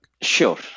Sure